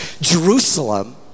Jerusalem